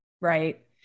right